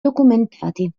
documentati